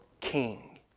king